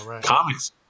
comics